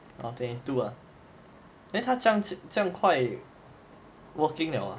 orh twenty two ah then 她这样快 working liao ah